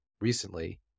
recently